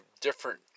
different